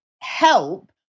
help